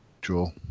draw